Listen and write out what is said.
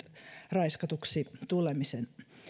raiskatuksi tulemisen